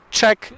check